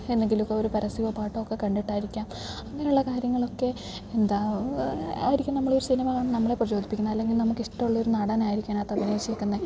എന്തെങ്കിലുമൊക്കെ ഒരു പരസ്യമോ പാട്ടൊക്കെ കണ്ടിട്ടായിരിക്കാം അങ്ങനെയുള്ള കാര്യങ്ങളൊക്കെ എന്താ ആയിരിക്കും നമ്മളൊരു സിനിമ നമ്മളെ പ്രചോദപ്പിക്കുന്നത് അല്ലെങ്കിൽ നമുക്കിഷ്ടമുള്ളൊരു നടനായിരിക്കും അതിനകത്തഭിനയിച്ചിരിക്കുന്നത്